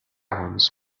ones